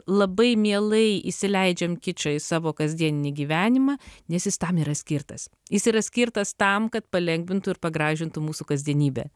labai mielai įsileidžiam kičą į savo kasdieninį gyvenimą nes jis tam yra skirtas jis yra skirtas tam kad palengvintų ir pagražintų mūsų kasdienybę